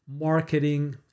marketing